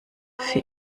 für